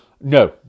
No